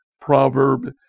Proverb